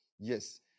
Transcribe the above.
Yes